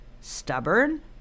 stubborn